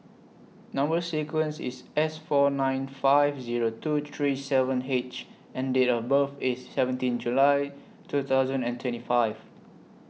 Number sequence IS S four nine five Zero two three seven H and Date of birth IS seventeen July two thousand and twenty five